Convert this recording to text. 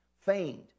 Feigned